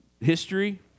history